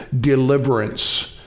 deliverance